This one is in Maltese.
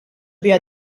biha